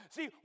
See